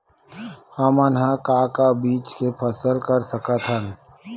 हमन ह का का बीज के फसल कर सकत हन?